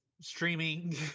Streaming